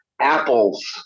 apples